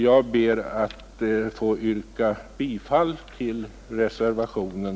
Jag ber att få yrka bifall till reservationen.